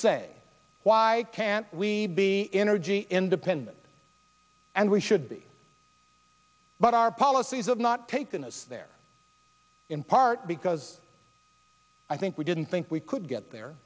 say why can't we be energy independent and we should be but our policies of not taken is there in part because i think we didn't think we could get there